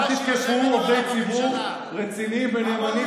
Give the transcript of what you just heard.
אל תתקפו עובדי ציבור רציניים ונאמנים,